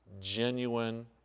genuine